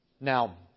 Now